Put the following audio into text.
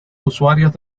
usuarios